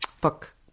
book